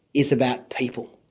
is about people,